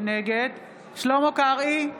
נגד שלמה קרעי,